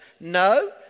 No